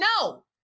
no